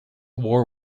war